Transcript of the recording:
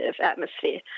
atmosphere